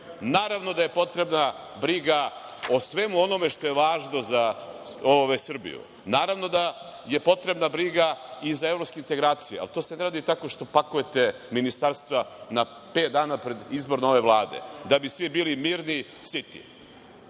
naravno da je potrebna briga o svemu onome što je važno za Srbiju, naravno da je potrebna briga i za evropske integracije, ali to se ne radi tako što pakujete ministarstva na pet dana pred izbor nove Vlade, da bi svi bili mirni, siti.